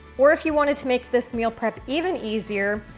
or if you wanted to make this meal prep even easier,